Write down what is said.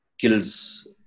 kills